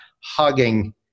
hugging